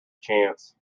chance